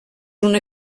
una